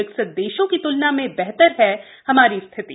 विकसित देशों की त्लना में बेहतर है हमारी स्थिति